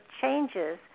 changes